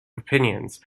opinions